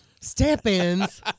Step-ins